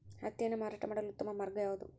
ಹತ್ತಿಯನ್ನು ಮಾರಾಟ ಮಾಡಲು ಉತ್ತಮ ಮಾರ್ಗ ಯಾವುದು?